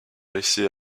laissé